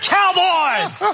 Cowboys